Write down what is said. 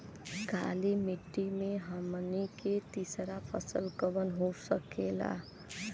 काली मिट्टी में हमनी के तीसरा फसल कवन हो सकेला?